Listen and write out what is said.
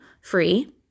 free